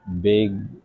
big